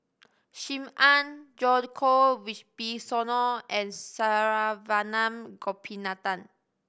Sim Ann Djoko Wibisono and Saravanan Gopinathan